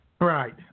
Right